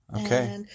Okay